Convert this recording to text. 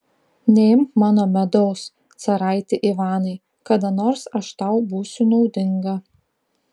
neimk mano medaus caraiti ivanai kada nors aš tau būsiu naudinga